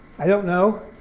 i don't know,